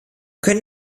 können